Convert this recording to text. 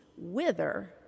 wither